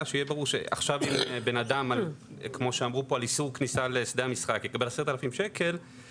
עכשיו אם בן אדם על איסור כניסה לשדה המשחק יקבל 10,000 שקל,